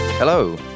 Hello